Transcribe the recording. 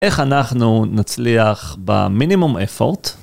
איך אנחנו נצליח במינימום אפורט?